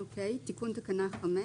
תיקון תקנה 5